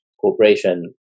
corporation